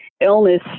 illness